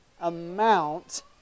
amount